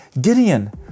Gideon